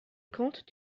conte